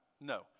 No